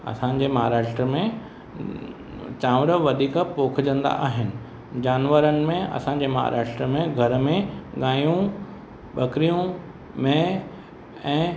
असांजे महाराष्ट्र में चांवर वधीक पोखजंदा आहिनि जानवरनि में असांजे महाराष्ट्र में घर में गायूं बकरियूं मेंह ऐं